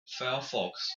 firefox